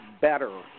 better